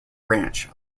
branch